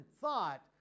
thought